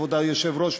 כבוד היושב-ראש,